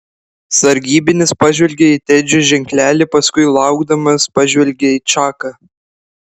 sargybinis pažvelgė į tedžio ženklelį paskui laukdamas pažvelgė į čaką